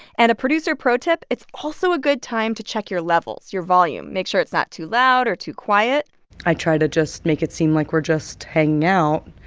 and a producer pro-tip it's also a good time to check your levels, your volume. make sure it's not too loud or too quiet i try to just make it seem like we're just hanging out.